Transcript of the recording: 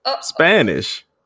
Spanish